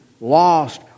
lost